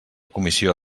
comissió